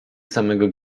samego